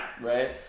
right